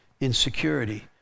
insecurity